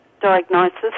diagnosis